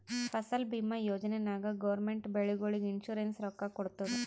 ಫಸಲ್ ಭೀಮಾ ಯೋಜನಾ ನಾಗ್ ಗೌರ್ಮೆಂಟ್ ಬೆಳಿಗೊಳಿಗ್ ಇನ್ಸೂರೆನ್ಸ್ ರೊಕ್ಕಾ ಕೊಡ್ತುದ್